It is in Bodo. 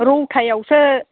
रौतायावसो